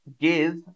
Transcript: give